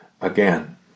again